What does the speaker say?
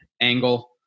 angle